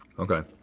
okay,